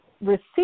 receive